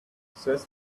says